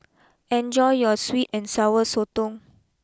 enjoy your sweet and Sour Sotong